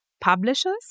publishers